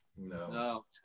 No